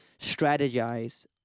strategize